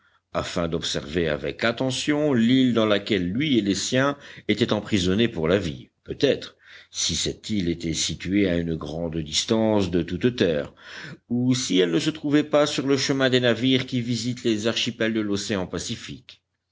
afin d'observer avec attention l'île dans laquelle lui et les siens étaient emprisonnés pour la vie peutêtre si cette île était située à une grande distance de toute terre ou si elle ne se trouvait pas sur le chemin des navires qui visitent les archipels de l'océan pacifique